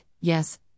Yes